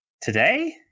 today